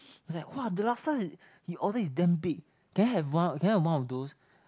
it was like !wah! the laksa he order is damn big can I have one can I have one of those